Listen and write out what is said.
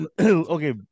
okay